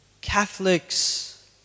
Catholics